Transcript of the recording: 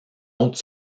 autre